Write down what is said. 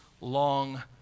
long